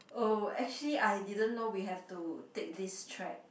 oh actually I didn't know we have to take this track